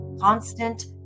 constant